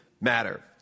matter